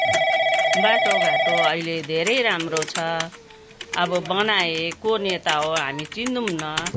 बाटोघाटो अहिले धेरै राम्रो छ अब बनाए को नेता हो हामी चिन्दैनौँ